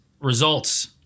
results